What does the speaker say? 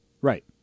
right